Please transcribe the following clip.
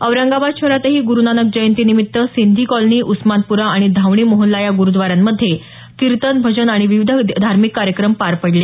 औरंगाबाद शहरातही गुरू नानक जयंती निमित्त सिंधी कॉलनी उस्मानपुरा आणि धावणी मोहल्ला या गुरूद्वारांमध्ये कीर्तन भजन आणि विविध धार्मिक कार्यक्रम पार पडले